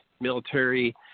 military